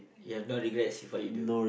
you have no regrets with what you do